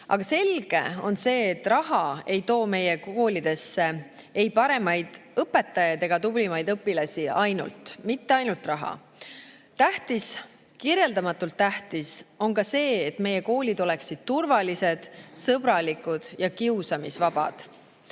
Aga selge on see, et [ainult] raha ei too meie koolidesse paremaid õpetajaid ega tublimaid õpilasi – mitte ainult raha. Kirjeldamatult tähtis on ka see, et meie koolid oleksid turvalised, sõbralikud ja kiusamisvabad,